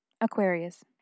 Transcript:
Aquarius